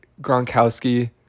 Gronkowski